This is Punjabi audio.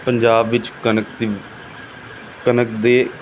ਪੰਜਾਬ ਵਿੱਚ ਕਣਕ ਦੀ ਕਣਕ ਦੇ